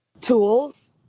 tools